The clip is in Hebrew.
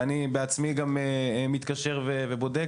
ואני בעצמי גם מתקשר ובודק